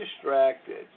distracted